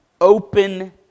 open